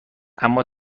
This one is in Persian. اما